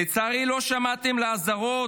לצערי, לא שמעתם להזהרות,